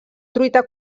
truita